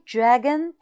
Dragon